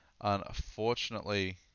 unfortunately